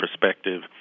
perspective